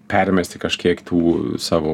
permesti kažkiek tų savo